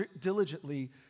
diligently